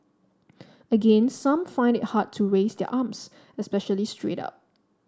again some find it hard to raise their arms especially straight up